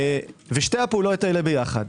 ושתי הפעולות הללו ביחד,